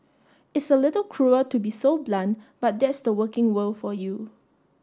it's a little cruel to be so blunt but that's the working world for you